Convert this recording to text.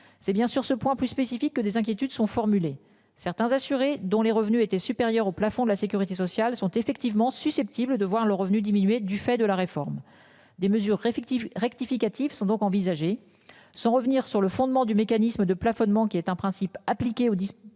C'est bien sur ce point plus spécifiques que des inquiétudes sont formulées certains assurés dont les revenus étaient supérieurs au plafond de la Sécurité sociale sont effectivement susceptibles de voir leurs revenus diminuer du fait de la réforme des mesures effectives rectificatif sont donc envisagées. Sans revenir sur le fondement du mécanisme de plafonnement qui est un principe appliqué aux. Différentes